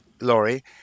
Laurie